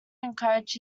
encouraged